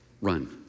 run